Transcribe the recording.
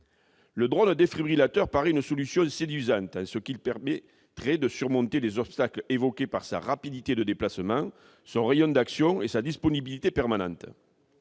Le drone défibrillateur paraît être une solution séduisante, car il permettrait de surmonter les obstacles évoqués par sa rapidité de déplacement, son rayon d'action et sa disponibilité permanente.